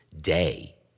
day